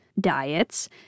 diets